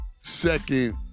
second